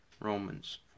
Romans